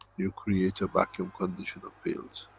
you create a vacuum condition of fields.